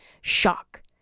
Shock